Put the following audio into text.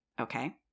okay